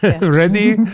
ready